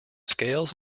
scales